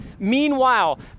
Meanwhile